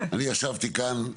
אני ישבתי כאן,